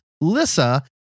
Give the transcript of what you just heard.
Lisa